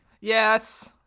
Yes